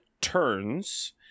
turns